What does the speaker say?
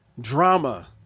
drama